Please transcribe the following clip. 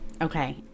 Okay